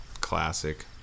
Classic